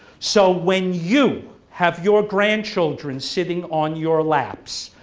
so when you have your grandchildren sitting on your laps,